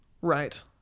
right